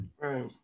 Right